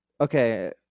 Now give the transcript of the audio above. okay